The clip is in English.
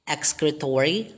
Excretory